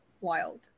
wild